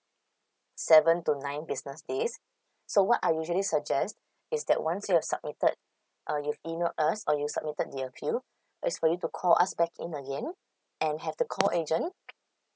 seven two nine business days so what I usually suggest is that once you've submitted uh you've emailed us or you submitted the appeal is for you to call us back in again and have the call agent